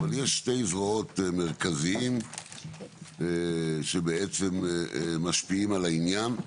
אבל יש שתי זרועות מרכזיות שבעצם משפיעות על העניין,